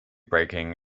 breaking